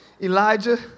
Elijah